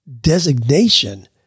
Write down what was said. designation